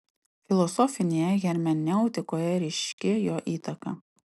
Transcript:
filosofinėje hermeneutikoje ryški jo įtaka